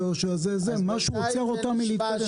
משהו עוצר אותם מלהתקדם.